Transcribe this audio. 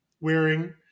wearing